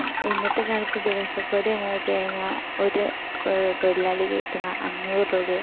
ഇന്നത്തെ കാലത്ത് ദിവസക്കൂലി എന്നു വെച്ചു കഴിഞ്ഞാൽ ഒരു തൊഴിലാളിക്ക് കിട്ടുന്ന അഞ്ഞൂറ് രൂപയാണ്